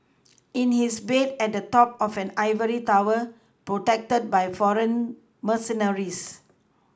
in his bed at the top of an ivory tower protected by foreign mercenaries